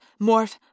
morph